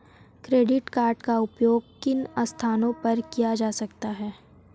Credit card का उपयोग किन स्थानों पर किया जा सकता है?